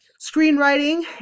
screenwriting